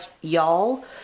y'all